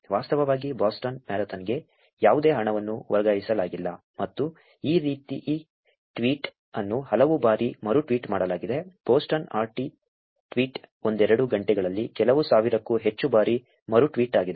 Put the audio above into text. ವಾಸ್ತವವಾಗಿ ಬೋಸ್ಟನ್ ಮ್ಯಾರಥಾನ್ಗೆ ಯಾವುದೇ ಹಣವನ್ನು ವರ್ಗಾಯಿಸಲಾಗಿಲ್ಲ ಮತ್ತು ಈ ಟ್ವೀಟ್ ಅನ್ನು ಹಲವು ಬಾರಿ ಮರುಟ್ವೀಟ್ ಮಾಡಲಾಗಿದೆ ಬೋಸ್ಟನ್ ಆರ್ಟಿ ಟ್ವೀಟ್ ಒಂದೆರಡು ಗಂಟೆಗಳಲ್ಲಿ ಕೆಲವು ಸಾವಿರಕ್ಕೂ ಹೆಚ್ಚು ಬಾರಿ ಮರುಟ್ವೀಟ್ ಆಗಿದೆ